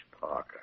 Parker